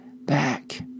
back